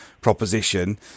proposition